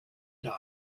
dial